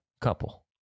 Couple